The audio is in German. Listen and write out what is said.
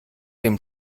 dem